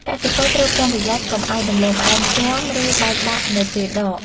កសិករត្រូវប្រុងប្រយ័ត្នកុំឱ្យដំឡូងផ្អែមជាំ ឬបែកបាក់នៅពេលដក។